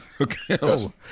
Okay